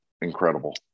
incredible